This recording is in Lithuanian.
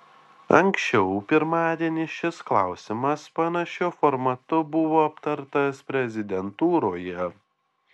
anksčiau pirmadienį šis klausimas panašiu formatu buvo aptartas prezidentūroje